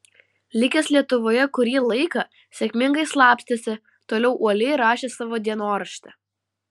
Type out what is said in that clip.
likęs lietuvoje kurį laiką sėkmingai slapstėsi toliau uoliai rašė savo dienoraštį